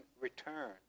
return